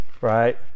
right